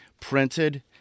printed